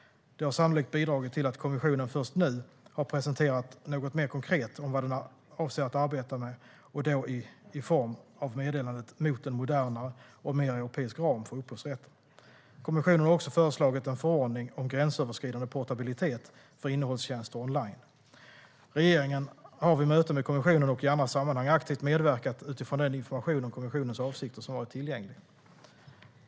Det har sannolikt bidragit till att kommissionen först nu har presenterat något mer konkret om vad den avser att arbeta med och då i form av meddelandet Mot en modernare och mer europeisk ram för upphovsrätten . Kommissionen har också föreslagit en förordning om gränsöverskridande portabilitet för innehållstjänster online. Regeringen har vid möten med kommissionen och i andra sammanhang aktivt medverkat utifrån den information om kommissionens avsikter som varit tillgänglig.